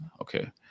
okay